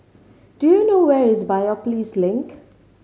do you know where is Biopolis Link